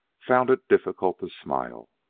found it difficult to smile.